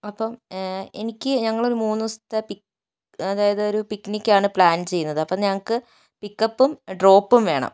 അപ്പം എനിക്ക് ഞങ്ങൾ ഒരു മൂന്ന് ദിവസത്തെ പിക്ക് അതായത് ഒരു പിക്നിക് ആണ് പ്ലാൻ ചെയ്യുന്നത് അപ്പം ഞങ്ങൾക്ക് പിക്ക് അപ്പും ഡ്രോപ്പും വേണം